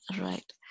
right